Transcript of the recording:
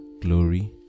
glory